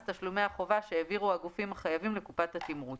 תשלומי החובה שהעבירו הגופים החייבים לקופת התמרוץ.